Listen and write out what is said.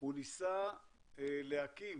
הוא ניסה להקים